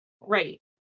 Right